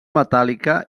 metàl·lica